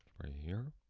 right here.